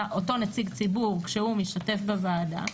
אותו נציג ציבור כשהוא משתתף בוועדה,